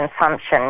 consumption